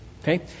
Okay